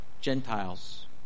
Gentiles